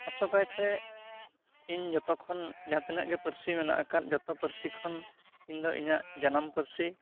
ᱟᱥᱚᱠᱟᱭᱛᱮ ᱤᱧ ᱡᱚᱛᱚᱠᱷᱚᱱ ᱡᱟᱦᱟᱸ ᱛᱤᱱᱟᱹᱜ ᱜᱮ ᱯᱟᱹᱨᱥᱤ ᱢᱮᱱᱟᱜ ᱟᱠᱟᱫ ᱡᱚᱛᱚ ᱯᱟᱹᱨᱥᱤ ᱠᱷᱚᱱ ᱤᱧᱫᱚ ᱤᱧᱟᱹᱜ ᱡᱟᱱᱟᱢ ᱯᱟᱹᱨᱥᱤ